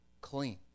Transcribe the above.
clean